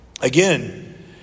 Again